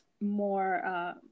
more